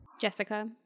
Jessica